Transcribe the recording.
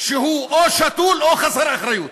שהוא שתול או חסר אחריות.